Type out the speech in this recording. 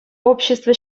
общество